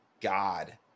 God